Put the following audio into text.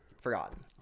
forgotten